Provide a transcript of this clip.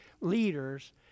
leaders